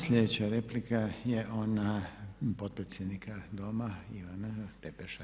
Sljedeća replika je ona potpredsjednika Doma Ivana Tepeša.